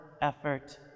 effort